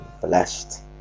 blessed